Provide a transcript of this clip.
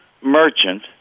merchant